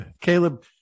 caleb